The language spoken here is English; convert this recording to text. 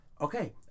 Okay